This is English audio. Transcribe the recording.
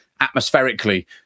atmospherically